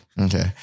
Okay